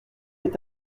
est